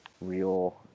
real